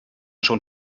schon